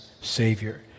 Savior